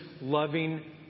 loving